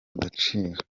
agaciro